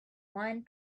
one